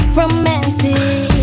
romantic